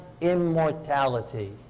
immortality